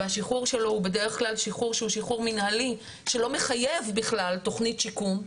והשחרור שלו הוא בדרך כלל שיחרור מינהלי שלא מחייב בכלל תכנית שיקום,